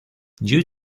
due